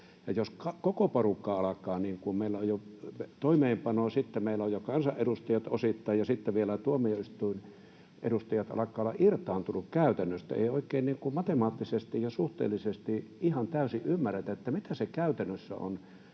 jos koko porukka alkaa olla — kun meillä on jo toimeenpanoa, sitten meillä on jo kansanedustajat osittain ja sitten vielä tuomioistuinedustajat — irtaantuneita käytännöistä, että ei oikein niin kuin matemaattisesti ja suhteellisesti ihan täysin ymmärretä, mitä se käytännössä on,